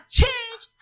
change